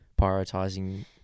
prioritizing